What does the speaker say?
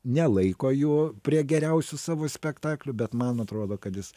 nelaiko jo prie geriausių savo spektaklių bet man atrodo kad jis